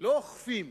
לא אוכפים,